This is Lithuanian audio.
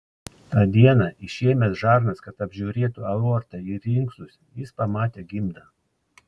tą dieną išėmęs žarnas kad apžiūrėtų aortą ir inkstus jis pamatė gimdą